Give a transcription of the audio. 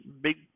big